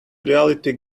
reality